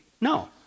No